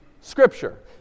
Scripture